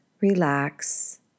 relax